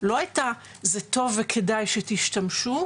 לא הייתה שזה טוב וכדאי שתשתמשו,